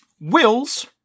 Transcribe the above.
Wills